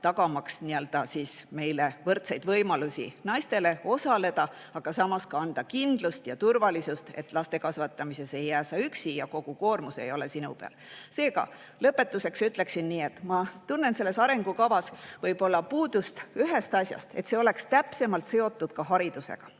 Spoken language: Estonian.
tagamaks naistele võrdseid võimalusi osaleda, aga samas anda naisele kindlust ja turvalisust, et laste kasvatamises ei jää ta üksi ja kogu koormus ei ole tema peal. Seega, lõpetuseks ütleksin nii, et ma tunnen selles arengukavas võib-olla puudust ühest asjast: et see oleks täpsemalt seotud haridusega.